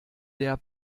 der